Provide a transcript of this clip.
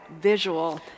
visual